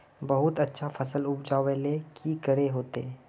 बहुत अच्छा फसल उपजावेले की करे होते?